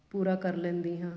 ਪੂਰਾ ਕਰ ਲੈਂਦੀ ਹਾਂ